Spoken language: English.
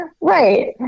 Right